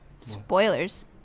Spoilers